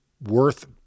worth